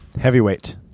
Heavyweight